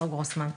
שלום.